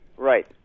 Right